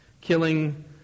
killing